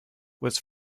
was